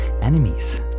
Enemies